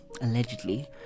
allegedly